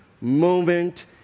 moment